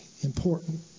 important